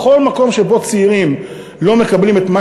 בכל מקום שבו צעירים לא מקבלים את מה